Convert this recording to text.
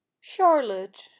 charlotte